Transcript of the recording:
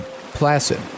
placid